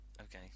Okay